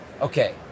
okay